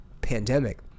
pandemic